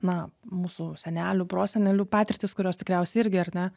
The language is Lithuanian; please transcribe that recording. na mūsų senelių prosenelių patirtys kurios tikriausiai irgi ar ne